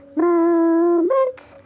moments